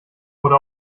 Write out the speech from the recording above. wurde